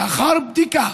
לאחר בדיקה,